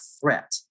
threat